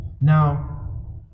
Now